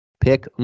Pick